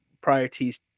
priorities